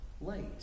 late